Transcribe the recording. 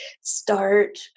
start